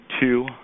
two